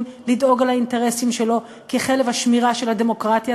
לדאוג לאינטרסים שלו ככלב השמירה של הדמוקרטיה,